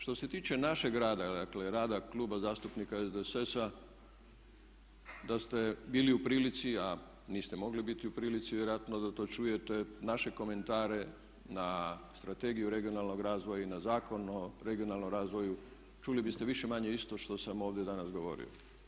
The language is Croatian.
Što se tiče našeg rada, dakle rada Kluba zastupnika SDSS-a da ste bili u prilici, a niste mogli biti u prilici vjerojatno da to čujete, naše komentare na Strategiju regionalnog razvoja i na Zakon o regionalnom razvoju čuli biste više-manje isto što sam ovdje danas govorio.